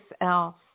else